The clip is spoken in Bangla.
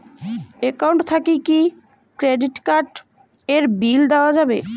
একাউন্ট থাকি কি ক্রেডিট কার্ড এর বিল দেওয়া যাবে?